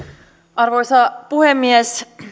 arvoisa puhemies